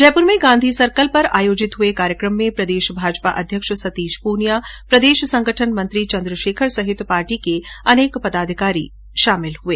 जयपुर में गांधी सर्किल पर आयोजित हुए कार्यक्रम में प्रदेश भाजपा अध्यक्ष सतीश पूनिया प्रदेश संगठन मंत्री चंद्रशेखर सहित पार्टी के अनेक पदाधिकारी शामिल हुए